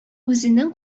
үзенең